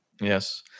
Yes